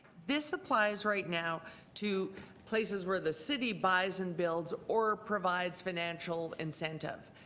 this applies right now to places where the city buys and builds or provides financial incentive.